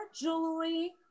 Jewelry